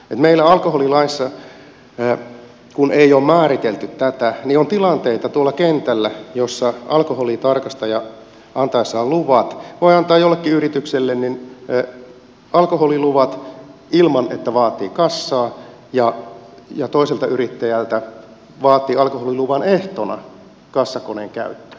meillä alkoholilaissa kun ei ole määritelty tätä niin tuolla kentällä on tilanteita joissa alkoholitarkastaja antaessaan luvat voi antaa jollekin yritykselle alkoholiluvat ilman että vaatii kassaa ja toiselta yrittäjältä vaatii alkoholiluvan ehtona kassakoneen käyttöä